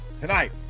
tonight